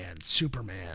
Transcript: Superman